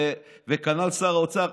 וכנ"ל שר האוצר,